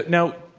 now,